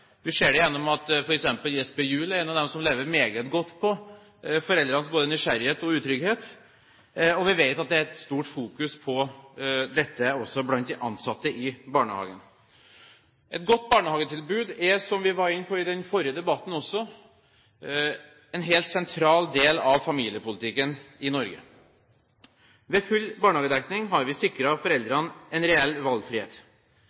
at f.eks. Jesper Juul er en av dem som lever meget godt på foreldrenes nysgjerrighet og utrygghet, og vi vet at det er et stort fokus på dette også blant de ansatte i barnehagene. Et godt barnehagetilbud er, som vi var inne på i den forrige debatten også, en helt sentral del av familiepolitikken i Norge. Med full barnehagedekning har vi sikret foreldrene en reell valgfrihet.